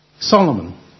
Solomon